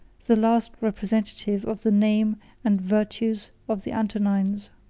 the last representative of the name and virtues of the antonines.